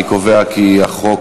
אני קובע כי החוק